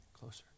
closer